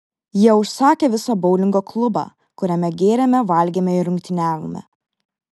jie užsakė visą boulingo klubą kuriame gėrėme valgėme ir rungtyniavome